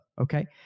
Okay